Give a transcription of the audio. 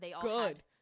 Good